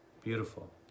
Beautiful